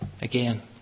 again